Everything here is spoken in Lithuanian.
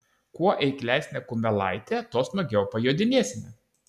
kuo eiklesnė kumelaitė tuo smagiau pajodinėsime